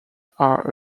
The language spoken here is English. are